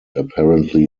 apparently